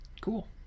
Cool